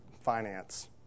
finance